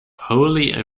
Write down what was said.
holy